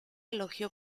elogió